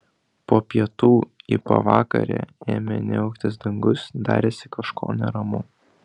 po pietų į pavakarę ėmė niauktis dangus darėsi kažko neramu